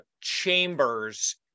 chambers